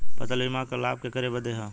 फसल बीमा क लाभ केकरे बदे ह?